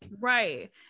Right